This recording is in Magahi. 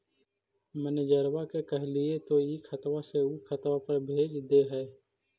मैनेजरवा के कहलिऐ तौ ई खतवा से ऊ खातवा पर भेज देहै?